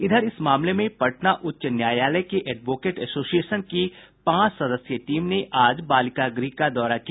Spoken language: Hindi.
इधर इस मामले में पटना उच्च न्यायालय के एडवोकेट एसोसिएशन की पांच सदस्यीय टीम ने आज बालिका गृह का दौरा किया